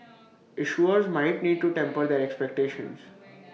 issuers might need to temper their expectations